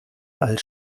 als